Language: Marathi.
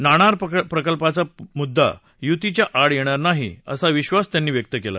नाणार प्रकल्पाचा मुद्दा युतीच्या आड यघीर नाही असा विधास त्यांनी व्यक्त कला